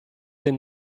den